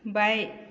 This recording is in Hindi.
बाएँ